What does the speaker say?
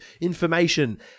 information